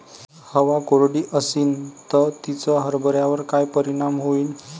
हवा कोरडी अशीन त तिचा हरभऱ्यावर काय परिणाम होईन?